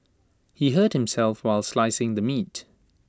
he hurt himself while slicing the meat